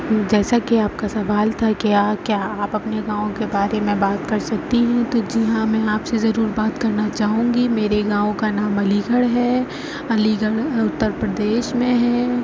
جیسا کہ آپ کا سوال تھا کہ کیا آپ اپنے گاؤں کے بارے میں بات کر سکتی ہیں تو جی ہاں میں آپ سے ضروری بات کرنا چاہوں گی میرے گاؤں کا نام علی گڑھ ہے فون علی گڑھ اتر پردیش میں ہے